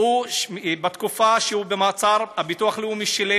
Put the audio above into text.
בתקופת המאסר הביטוח הלאומי שילם